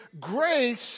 grace